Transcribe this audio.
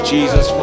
Jesus